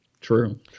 True